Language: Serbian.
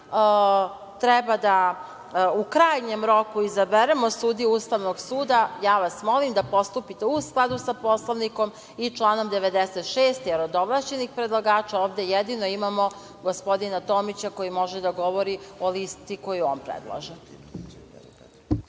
treba da, u krajnjem roku izaberemo sudiju Ustavnog suda, molim vas da postupite u skladu sa Poslovnikom i članom 96, jer od ovlašćenih predlagača, ovde jedino imamo gospodina Tomića koji može da govori o listi koju on predlaže.